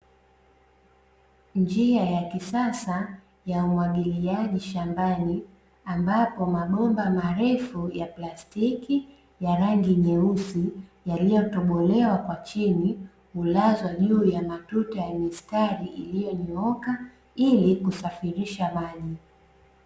Njia ya kisasa ya umwagiliaji shambani ambapo mabomba marefu ya plastiki ya rangi nyeusi yaliyotobolewa kwa chini, hulazwa juu ya matuta ya mistari iliyonyooka ili kusafirisha maji.